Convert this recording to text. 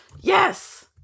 yes